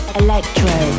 electro